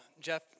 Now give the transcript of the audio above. Jeff